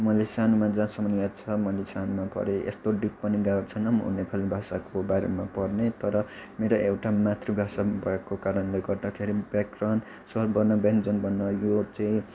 मैले सानोमा जहाँसम्म याद छ मैले सानोमा पढेँ यस्तो डिप पनि गएको छैन म नेपाली भाषाको बारेमा पढ्ने तर मेरो एउटा मातृभाषा भएको कारणले गर्दाखेरि व्याकरण स्वर वर्ण व्यञ्जन वर्ण यो चाहिँ